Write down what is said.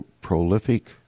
prolific